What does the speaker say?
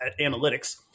analytics